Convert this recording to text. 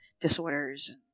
disorders